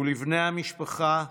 ולבני המשפחה ולאוהביו.